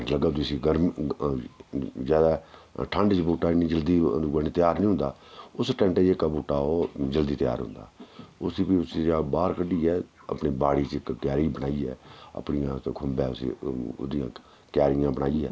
जगह् जिसी गरम ज्यादा ठंड च बूह्टा इन्नी जल्दी त्यार नी होंदा उस टैंटे च जेह्का बूह्टा ओह् जल्दी त्यार होंदा उसी बी उसी च बाह्र कड्डियै अपनी बाड़ी च इक क्यारी बनाइयै अपनी अस खुम्बैं उसी ओह्दियां क्यारियां बनाइयै